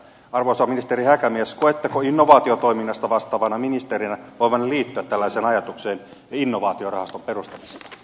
arvoisa ministeri häkämies koetteko innovaatiotoiminnasta vastaavana ministerinä voivanne liittyä tällaiseen ajatukseen innovaatiorahaston perustamisesta